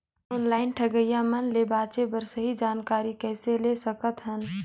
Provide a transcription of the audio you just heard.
Online ठगईया मन ले बांचें बर सही जानकारी कइसे ले सकत हन?